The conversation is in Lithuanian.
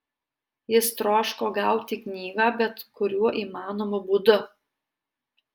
jis troško gauti knygą bet kuriuo įmanomu būdu